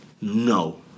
no